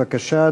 בבקשה,